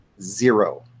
zero